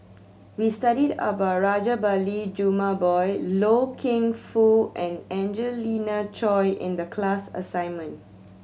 we studied about Rajabali Jumabhoy Loy Keng Foo and Angelina Choy in the class assignment